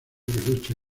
lucha